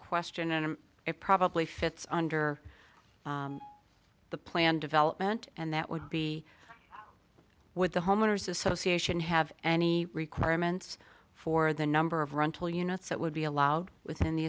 question and it probably fits under the plan development and that would be what the homeowners association have any requirements for the number of rental units that would be allowed within the